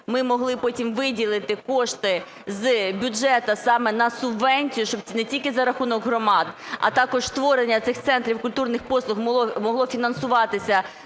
ми могли потім виділити кошти з бюджету саме на субвенцію, щоб це не тільки за рахунок громад, а також створення цих центрів культурних послуг могло фінансуватися